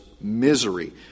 misery